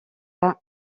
pas